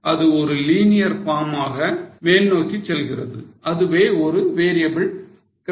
இது ஒரு linear form மாக மேல்நோக்கி செல்கிறது எனவே இது ஒரு variable cost graph